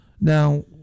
Now